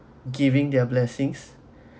giving their blessings